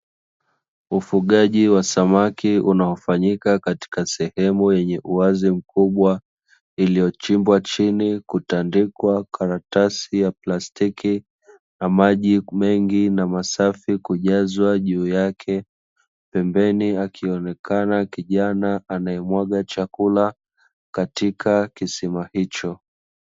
Ufugaji wa samaki unaofanyika katika sehemu yenye uwazi mkubwa, iliyochimbwa chini kutandika karatasi ya plastiki na maji mengi na masafi kujazwa juu yake. Pembeni akionekana kijana anayemwaga chakula katika kisima hicho.